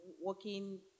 working